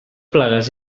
plagues